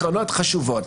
קרנות חשובות.